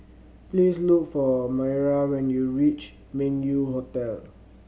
please look for Mayra when you reach Meng Yew Hotel